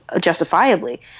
justifiably